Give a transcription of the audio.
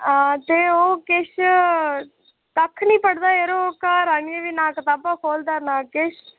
आं ते ओह् किश कक्ख नी पढ़दा यरो घर आह्निए बी ना कताबाां खोह्लदा नेईं किश